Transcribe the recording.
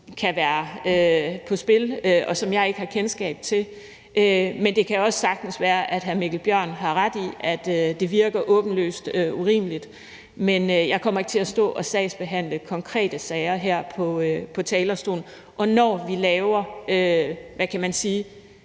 detaljer på spil, og som jeg ikke har kendskab til. Men det kan også sagtens være, at hr. Mikkel Bjørn har ret i, at det virker åbenlyst urimeligt. Men jeg kommer ikke til at stå og sagsbehandle konkrete sager her på talerstolen. Og når vi laver ændringer